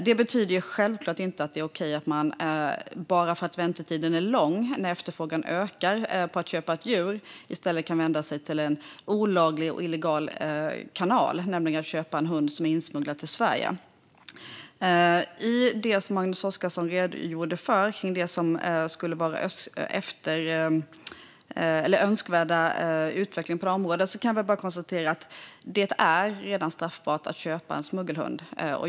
Det betyder självklart inte att det är okej, bara för att väntetiden är lång när efterfrågan ökar på att köpa ett djur, att i stället vända sig till en olaglig kanal och köpa en hund som är insmugglad till Sverige. När det gäller det som Magnus Oscarsson redogjorde för kring det som skulle vara en önskvärd utveckling på det här området kan jag bara konstatera att det redan är straffbart att köpa en smuggelhund.